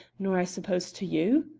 nor i suppose to you?